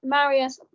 Marius